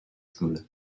school